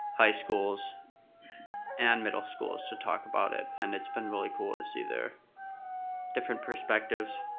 high schools and middle schools to talk about it and it's been really cool to see their different perspectives.